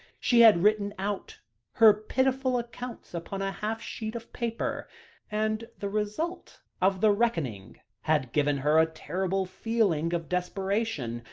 she had written out her pitiful accounts upon a half-sheet of paper and the result of the reckoning had given her a terrible feeling of desperation.